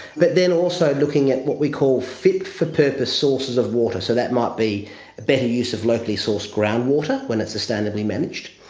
but then also looking at what we call fit for purpose sources of water. so that might be a better use of locally sourced groundwater when it's sustainably managed,